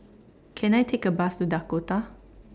Can I Take A Bus to Dakota